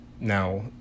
Now